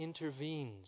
intervenes